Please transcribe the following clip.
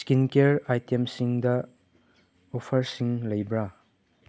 skin care ꯑꯥꯏꯇꯦꯝꯁꯤꯡꯗ ꯑꯣꯐꯔꯁꯤꯡ ꯂꯩꯕ꯭ꯔꯥ